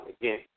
again